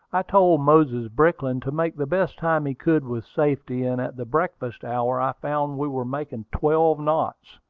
i told moses brickland to make the best time he could with safety, and at the breakfast-hour i found we were making twelve knots.